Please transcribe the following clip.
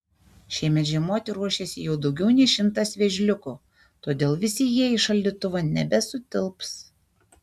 šiemet žiemoti ruošiasi jau daugiau nei šimtas vėžliukų todėl visi jie į šaldytuvą nebesutilps